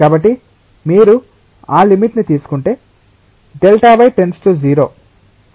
కాబట్టి మీరు ఆ లిమిట్ ని తీసుకుంటే Δy → 0 Δy 0